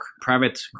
private